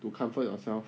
to comfort yourself